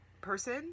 person